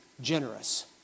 generous